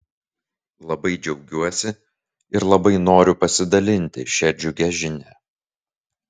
labai džiaugiuosi ir labai noriu pasidalinti šia džiugia žinia